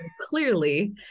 clearly